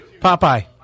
Popeye